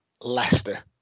Leicester